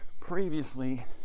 previously